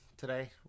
today